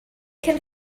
can